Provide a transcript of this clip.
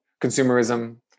consumerism